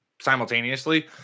simultaneously